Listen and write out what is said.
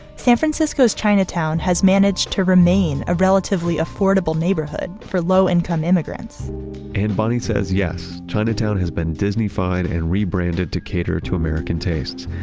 san francisco's chinatown has managed to remain a relatively affordable neighborhood for low-income immigrants and bonnie says, yes, chinatown has been disney-fied and rebranded to cater to american taste,